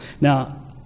Now